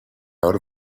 out